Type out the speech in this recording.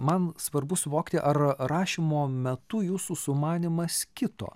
man svarbu suvokti ar rašymo metu jūsų sumanymas kito